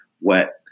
wet